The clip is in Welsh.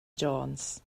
jones